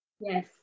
Yes